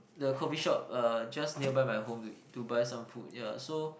the coffee shop Uh just nearby my home to buy some food yeah so